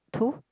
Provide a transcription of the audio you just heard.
too